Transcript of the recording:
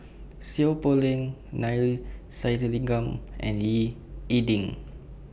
Seow Poh Leng Neila Sathyalingam and Ying E Ding